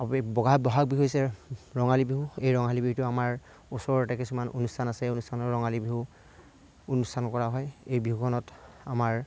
বহাগ বহাগ বিহু হৈছে ৰঙালী বিহু এই ৰঙালী বিহুটো আমাৰ ওচৰতে কিছুমান অনুষ্ঠান আছে এই অনুষ্ঠানৰ ৰঙালী বিহু অনুষ্ঠান কৰা হয় এই বিহুখনত আমাৰ